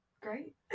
great